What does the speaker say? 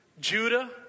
Judah